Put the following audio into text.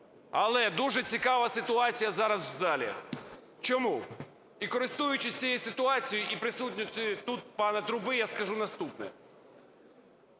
Але дуже цікава ситуація зараз в залі. Чому? І користуючись цією ситуацією, і присутністю тут пана Труби, я скажу наступне.